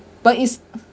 but it's